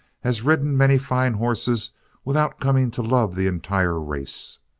has ridden many fine horses without coming to love the entire race?